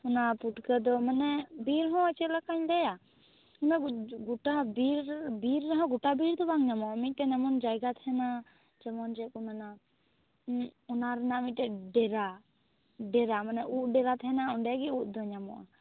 ᱚᱱᱟ ᱯᱩᱴᱠᱟ ᱫᱚ ᱢᱟᱱᱮ ᱵᱤᱨ ᱦᱚ ᱪᱮᱫ ᱞᱮᱠᱟᱭᱤᱧ ᱞᱭᱟ ᱚᱱᱟ ᱠᱩᱡ ᱜᱚᱴᱟ ᱵᱤᱨ ᱵᱤᱨ ᱨᱮᱦᱚᱸ ᱜᱚᱴᱟ ᱵᱤᱨ ᱨᱮ ᱵᱟᱝ ᱧᱟᱢᱚᱜᱼᱟ ᱢᱤᱫᱴᱮᱝ ᱮᱢᱚᱱ ᱡᱟᱭᱜᱟ ᱛᱟᱦᱮᱱᱟ ᱡᱮᱢᱚᱱ ᱨᱮ ᱚᱱᱟ ᱱᱟ ᱚᱱᱟ ᱨᱮᱱᱟᱜ ᱢᱤᱫᱴᱟ ᱝ ᱰᱮᱨᱟ ᱰᱮᱨᱟ ᱢᱟᱱᱮ ᱩᱫ ᱵᱮᱨᱟ ᱛᱟᱦᱮᱱᱟ ᱚᱸᱰᱮᱜᱮ ᱩᱫ ᱫᱚ ᱧᱟᱢᱚᱜᱼᱟ